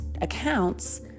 accounts